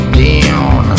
down